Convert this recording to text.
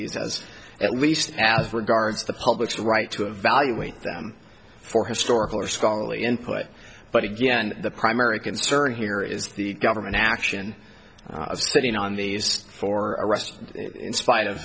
as at least as regards the public's right to evaluate them for historical or scholarly input but again the primary concern here is the government action of sitting on these four arrests in spite of